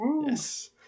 Yes